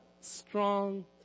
strong